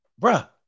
Bruh